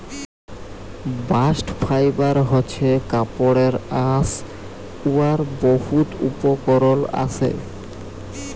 bast fibre হছে কাপড়ের আঁশ উয়ার বহুত উপকরল আসে